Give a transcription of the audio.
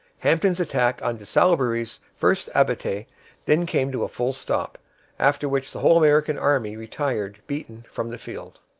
hampton's attack on de salaberry's first abattis then came to a full stop after which the whole american army retired beaten from the field.